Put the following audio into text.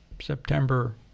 September